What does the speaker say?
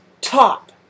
top